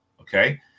okay